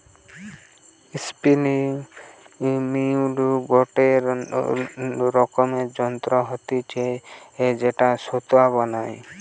spinning mule গটে রকমের যন্ত্র হতিছে যেটায় সুতা বানায়